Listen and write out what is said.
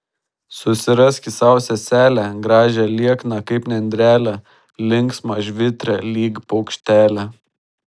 susiraski sau seselę gražią liekną kaip nendrelę linksmą žvitrią lyg paukštelę